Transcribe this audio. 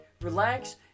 relax